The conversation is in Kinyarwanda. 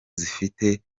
zifite